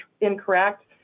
incorrect